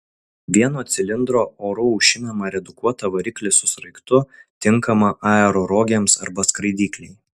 vieno cilindro oru aušinamą redukuotą variklį su sraigtu tinkamą aerorogėms arba skraidyklei